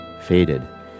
faded